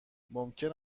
ممکن